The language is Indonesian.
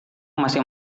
masih